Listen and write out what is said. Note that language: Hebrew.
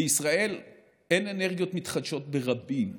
בישראל אין אנרגיות מתחדשות, ברבים.